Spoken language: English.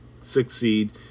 succeed